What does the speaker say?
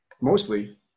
Mostly